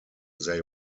they